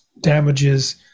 damages